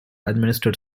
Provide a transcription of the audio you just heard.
administered